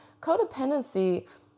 codependency